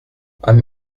i’m